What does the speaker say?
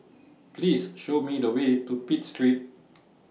Please Show Me The Way to Pitt Street